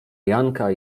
janka